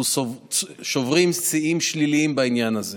אנחנו שוברים שיאים שליליים בעניין הזה,